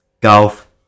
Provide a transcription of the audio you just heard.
golf